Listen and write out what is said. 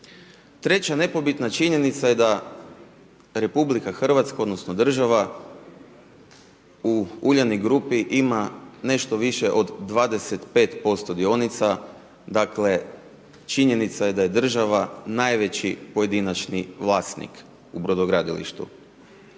Treća nepobitna činjenica je da RH odnosno, država, u Uljanik Grupi ima nešto više od 25% dionica, dakle, činjenica je da je država najveći pojedinačni vlasnik u brodogradilištu.